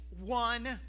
one